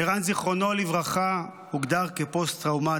אלירן, זיכרונו לברכה, הוגדר כפוסט-טראומטי.